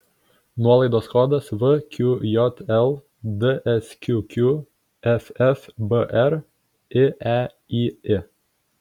nuolaidos kodas vqjl dsqq ffbr ieyi